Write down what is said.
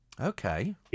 okay